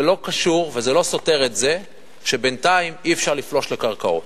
זה לא קשור וזה לא סותר את זה שבינתיים אי-אפשר לפלוש לקרקעות.